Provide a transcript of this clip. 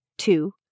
Two